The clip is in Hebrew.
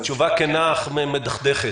תשובה כנה אך מדכדכת.